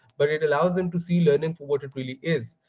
but it allows them to see learning for what it really is.